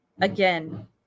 Again